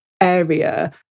area